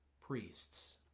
priests